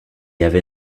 avait